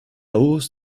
hausse